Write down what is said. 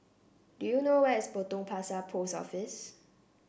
do you know where is Potong Pasir Post Office